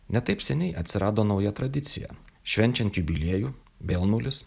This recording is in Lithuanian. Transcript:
ne taip seniai atsirado nauja tradicija švenčiant jubiliejų vėl nulis